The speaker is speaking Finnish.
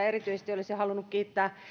erityisesti olisin halunnut kiittää